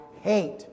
hate